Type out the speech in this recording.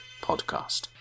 Podcast